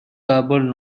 garbled